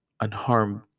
unharmed